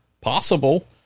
Possible